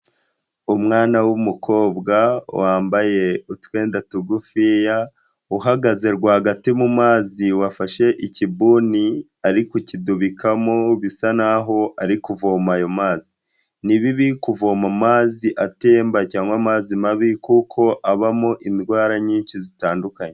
Umwana w'umukobwa wambaye utwenda tugufiya uhagaze rwagati mu mazi wafashe ikibuni, arikukidubikamo bisa naho ari kuvoma ayo mazi ni bibi kuvoma amazi atemba cyangwa amazi mabi kuko abamo indwara nyinshi zitandukanye.